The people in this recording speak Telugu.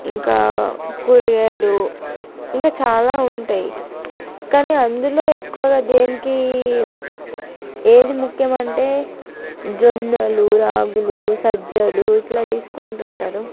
ఇంకా కూరగాయలు ఇంకా చాలా ఉంటాయి కానీ అందులో ఎక్కువగా దేనికి ఏది ముఖ్యము అంటే జొన్నలు రాగులు సజ్జలు ఇట్లా తీసుకుంటుంటారు